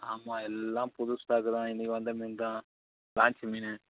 ஆமாம் எல்லாம் புது ஸ்டாக்கு தான் இன்னைக்கு வந்த மீன் தான் லான்ச் மீன்